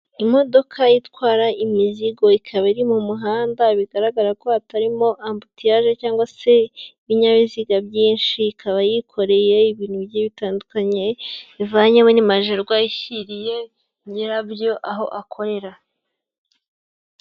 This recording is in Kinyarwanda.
Imodoka itwara imizigo ikaba iri mu muhanda bigaragara ko hatarimo ambutiyaje cyagwa se ibinyabiziga byinshi, ikaba yikoreye ibintu bigiye bitandukanye ivanye muri magerwa ishyiriye nyirabyo aho akorera.